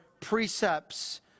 precepts